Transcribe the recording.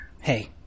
Hey